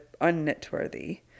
unknitworthy